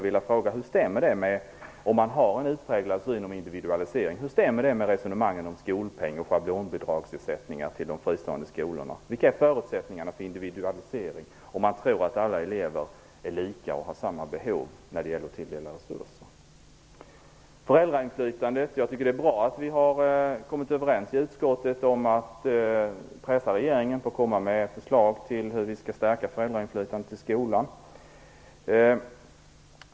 Men jag skulle jag ändå vilja fråga: Om man har en utspräglad syn på individualisering, hur stämmer det med resonemangen om skolpeng och schablonbidragsersättningar till de fristående skolorna? Vilka är förutsättningarna för individualisering, om man tror att alla elever är lika och har samma behov av tilldelningen av resurser? Det är bra att vi i utskottet har kommit överens om att pressa regeringen på att komma med förslag om hur föräldrainflytandet i skolan skall stärkas.